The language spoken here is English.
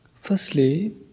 Firstly